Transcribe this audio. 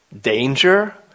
danger